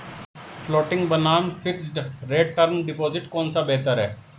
Floating बनाम fixed rate term deposit कौन सा बेहतर है?